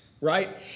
Right